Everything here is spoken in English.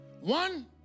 One